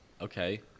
Okay